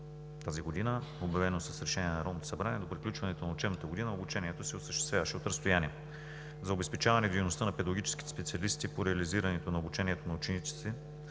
тази година, обявено с решение на Народното събрание, до приключването на учебната година обучението се осъществяваше от разстояние. За обезпечаване дейността на педагогическите специалисти по реализиране на обучението на учениците,